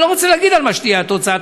אני לא רוצה להגיד מה תהיה התוצאה,